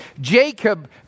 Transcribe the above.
Jacob